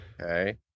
Okay